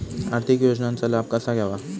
आर्थिक योजनांचा लाभ कसा घ्यावा?